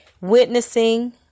Witnessing